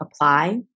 apply